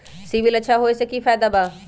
CIBIL अच्छा होऐ से का फायदा बा?